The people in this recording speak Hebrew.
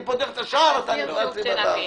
אני פותח את השער, אתה נכנס דרך החלון.